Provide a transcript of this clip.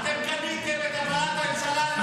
אתם קניתם את הפלת הממשלה על ידי,